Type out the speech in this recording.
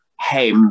hey